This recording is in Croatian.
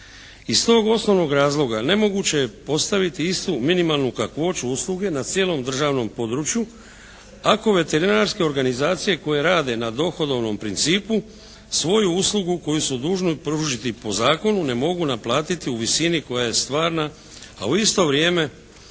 Iz tog osnovnog razloga ne moguće je postaviti istu minimalnu kakvoću usluge na cijelom državnom području. Ako veterinarske organizacije koje rade na dohodovnom principu svoju uslugu koju su dužni pružiti po zakonu ne mogu naplatiti u visini koja je stvarna, a u isto vrijeme